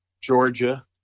Georgia